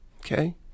okay